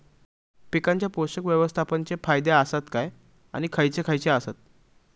पीकांच्या पोषक व्यवस्थापन चे फायदे आसत काय आणि खैयचे खैयचे आसत?